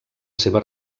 seva